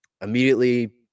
immediately